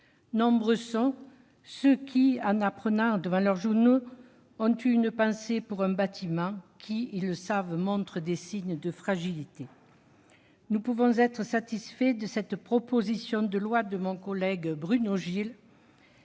Nombreux sont ceux qui, en apprenant la nouvelle dans leur journal, ont eu une pensée pour un bâtiment qui, ils le savent, montre des signes de fragilité. Nous pouvons être satisfaits de cette proposition de loi de mon collègue Bruno Gilles,